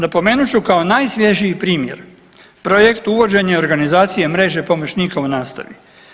Napomenut ću kao najsvježiji primjer projekt uvođenja organizacije mreže pomoćnika u nastavi.